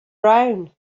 brown